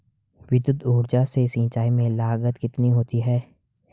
विद्युत ऊर्जा से सिंचाई में लागत कितनी होती है?